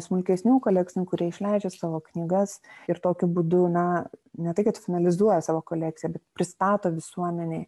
smulkesnių kolekcininkų kurie išleidžia savo knygas ir tokiu būdu na ne tai kad finalizuoja savo kolekciją bet pristato visuomenei